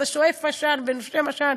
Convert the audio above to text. אתה שואף עשן ונושם עשן,